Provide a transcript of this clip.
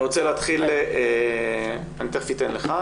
אם אני מצליח להוציא מדבריך,